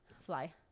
Fly